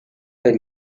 per